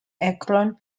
akron